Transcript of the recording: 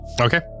Okay